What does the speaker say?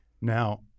Now